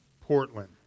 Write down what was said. Portland